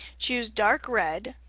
choose dark red,